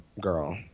girl